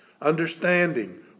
Understanding